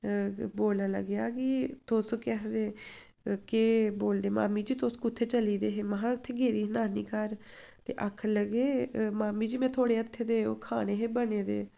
बोलन लगेआ कि तुस केह् आखदे केह् बोलदे मामी जी तुस कु'त्थै चली दे हे महां उत्थै गेदी ही नानी घर ते आखन लगे मामी जी में थुआढ़ै हत्थे दे ओह् खाने हे बने दे